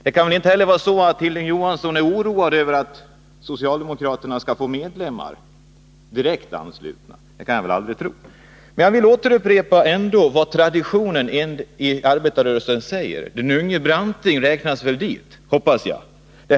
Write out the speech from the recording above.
Det kan väl inte heller vara så, att Hilding Johansson är oroad över att socialdemokraterna skall få medlemmar direktanslutna? Jag vill ändå upprepa vad traditionen i arbetarrörelsen säger — den unge Branting räknas väl dit? Det hoppas jag.